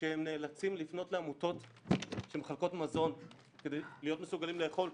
שהם נאלצים לפנות לעמותות שמחלקות מזון כדי להיות מסוגלים לאכול,